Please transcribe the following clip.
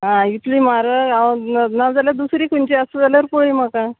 आं इतली म्हारग हांव ना ना जाल्यार दुसरी खंयची आसा जाल्यार पय म्हाका